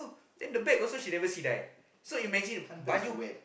then the back also she never sidai so imagine baju